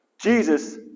Jesus